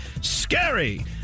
Scary